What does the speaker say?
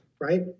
Right